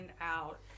out